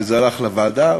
וזה הלך לוועדה,